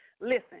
Listen